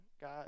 God